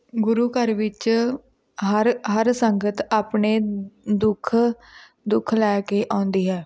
ਗੁਰੂ ਘਰ ਵਿੱਚ ਹਰ ਹਰ ਸੰਗਤ ਆਪਣੇ ਦੁੱਖ ਦੁੱਖ ਲੈ ਕੇ ਆਉਂਦੀ ਹੈ